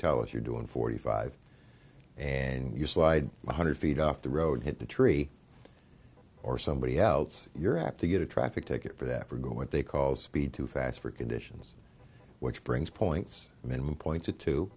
tell if you're doing forty five and you slide one hundred feet off the road hit the tree or somebody outs you're apt to get a traffic ticket for that for go when they called speed too fast for conditions which brings points minimum pointed to